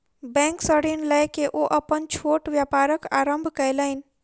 bank सॅ ऋण लय के ओ अपन छोट व्यापारक आरम्भ कयलैन